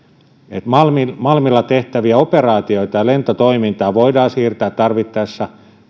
malmilla tehtäviä operaatiota ja lentotoimintaa voidaan siirtää tarvittaessa